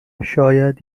شاید